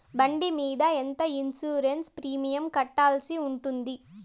బండి మీద ఎంత ఇన్సూరెన్సు ప్రీమియం కట్టాల్సి ఉంటుంది?